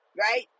right